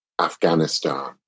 Afghanistan